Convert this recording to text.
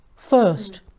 first